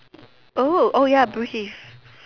oh oh ya Bruce if